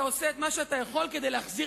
אתה עושה את מה שאתה יכול כדי להחזיר